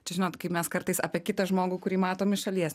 čia žinot kaip mes kartais apie kitą žmogų kurį matom iš šalies